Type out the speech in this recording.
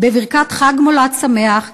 בברכת חג מולד שמח,